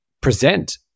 present